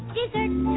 Dessert